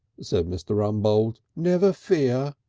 said mr. rumbold. never fear.